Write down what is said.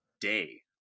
day